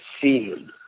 seen